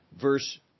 Verse